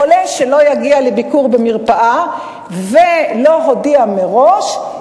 חולה שלא יגיע לביקור במרפאה ולא הודיע מראש,